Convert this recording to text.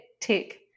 Tick